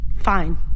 Fine